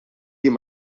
jien